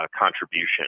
contribution